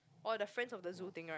oh the friends of the zoo thing right